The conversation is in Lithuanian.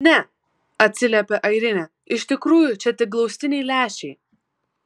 ne atsiliepia airinė iš tikrųjų čia tik glaustiniai lęšiai